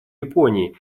японией